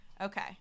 Okay